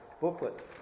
booklet